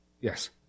Yes